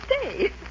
stay